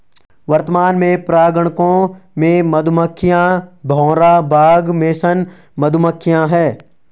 वर्तमान में परागणकों में मधुमक्खियां, भौरा, बाग मेसन मधुमक्खियाँ है